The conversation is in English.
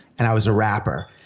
and i was a rapper.